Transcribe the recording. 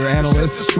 analysts